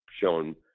shown